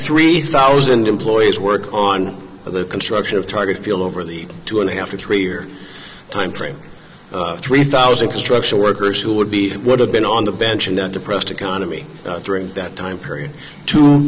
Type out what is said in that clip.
three thousand employees work on the construction of target field over the two and a half to three year time frame three thousand construction workers who would be what had been on the bench and then depressed economy during that time period two